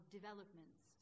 developments